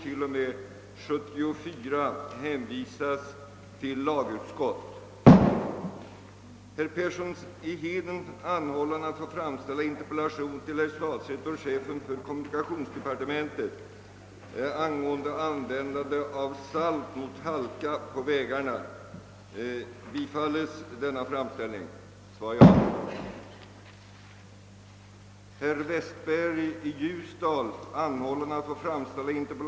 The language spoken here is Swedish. Då emellertid numera femdagarsveckan inom industrin nära nog 100-procentigt är genomförd, kan det vissa månader uppstå svårigheter att erhålla dessa 15 kvalificeringsdagar för full semester.